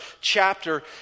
chapter